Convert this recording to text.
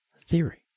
theory